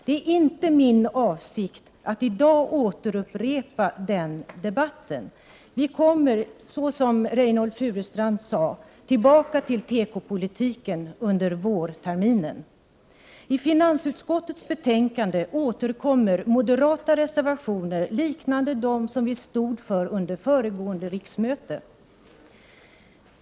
Det är inte min avsikt att i dag upprepa den debatten. Vi kommer, såsom Reynoldh Furustrand sade, tillbaka till tekopolitiken under vårsessionen. I finansutskottets betänkande återkommer moderata reservationer liknande dem vi stod för under föregående riksmöte.